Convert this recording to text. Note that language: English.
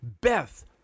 Beth